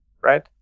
right